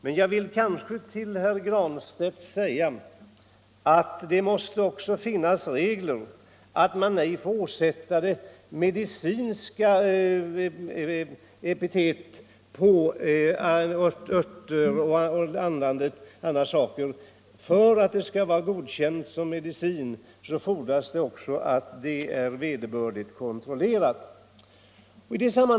Men jag vill till herr Granstedt säga att det också måste finnas regler om att man ej får sätta medicinska epitet på örter och andra medel som inte godkänts. För att medlet skall vara godkänt som medicin fordras också att det är vederbörligen kontrollerat.